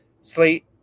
slate